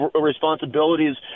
responsibilities